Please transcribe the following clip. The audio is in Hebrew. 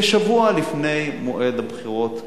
כשבוע לפני מועד הבחירות לכנסת.